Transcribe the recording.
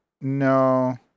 no